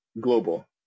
global